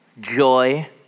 joy